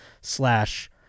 slash